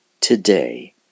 Today